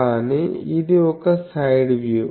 కానీ ఇది ఒక సైడ్ వ్యూ